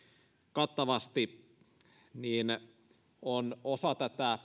kattavasti on osa tätä